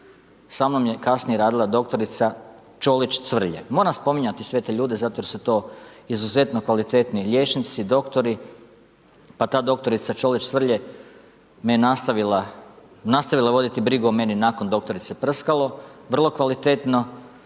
sa mnom je kasnije radila doktorica Čolić-Cvrlje. Moram spominjati sve te ljude zato jer su to izuzetno kvalitetni liječnici, doktori, pa ta doktorica Čolić-Cvrlje me je nastavila voditi brigu o meni nakon doktorice Prskalo vrlo kvalitetno.